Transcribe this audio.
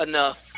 Enough